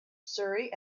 surrey